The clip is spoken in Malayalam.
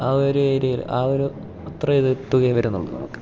ആ ഒരു ഏരിയയിൽ ആ ഒരു അത്ര ഇത് തുകയേ വരുന്നുള്ളു നമുക്ക്